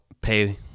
pay